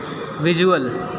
visual